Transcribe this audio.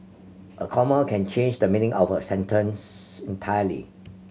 a comma can change the meaning of a sentence entirely